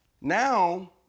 now